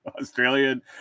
Australian